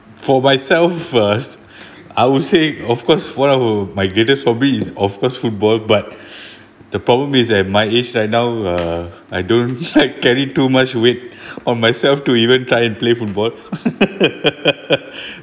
for myself first I would say of course one of who my greatest hobbies is of course football but the problem is at my age right now uh I don't like carry too much weight on myself to even try and play football